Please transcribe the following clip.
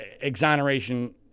exoneration